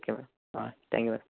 okay madam ആ thank you madam